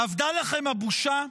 אבדה לכם הבושה?